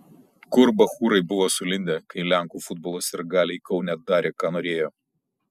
kur bachūrai buvo sulindę kai lenkų futbolo sirgaliai kaune darė ką norėjo